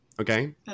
okay